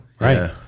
Right